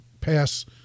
pass